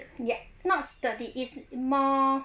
yet not sturdy is more